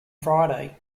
friday